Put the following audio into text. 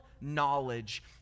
knowledge